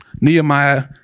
Nehemiah